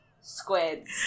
Squids